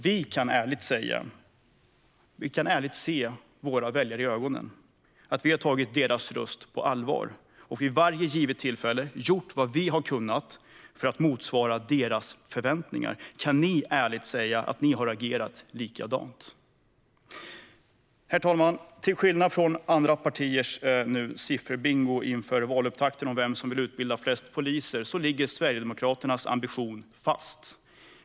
Vi kan ärligt se våra väljare i ögonen och säga att vi har tagit deras röster på allvar och att vi vid varje givet tillfälle har gjort vad vi har kunnat för att motsvara deras förväntningar. Kan Alliansen ärligt säga att man har agerat likadant? Herr talman! Till skillnad från andra partiers sifferbingo inför valupptakten om vem som vill utbilda flest poliser ligger Sverigedemokraternas ambition fast.